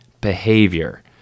behavior